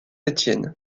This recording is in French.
étienne